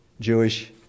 Jewish